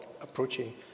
approaching